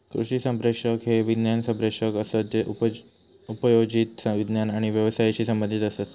कृषी संप्रेषक हे विज्ञान संप्रेषक असत जे उपयोजित विज्ञान आणि व्यवसायाशी संबंधीत असत